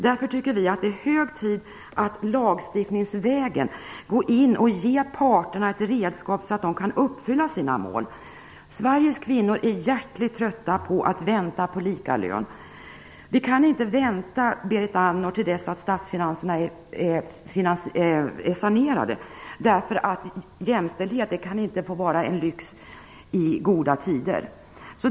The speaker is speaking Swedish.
Därför tycker vi att det är hög tid att lagstiftningsvägen ge parterna ett redskap så att de kan uppfylla sina mål. Sveriges kvinnor är hjärtligt trötta på att vänta på lika lön. Vi kan inte, Berit Andnor, vänta till dess att statsfinanserna är sanerade. Jämställdhet kan inte få vara en lyx i goda tider.